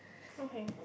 okay